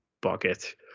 bucket